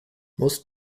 most